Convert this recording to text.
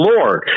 Lord